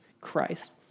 Christ